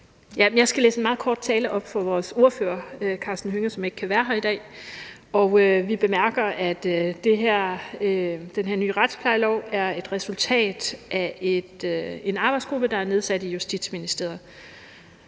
Jeg skal læse en meget kort tale op fra vores ordfører, Karsten Hønge, som ikke kan være her i dag. Vi bemærker, at den her nye retsplejelov er et resultat af en arbejdsgruppe, der er nedsat i Justitsministeriet.